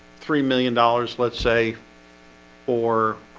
three million dollars. let's say or